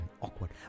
awkward